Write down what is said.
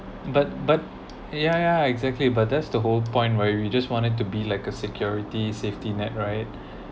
but but yeah yeah exactly but that's the whole point where you just want it to be like a security safety net right